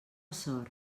sort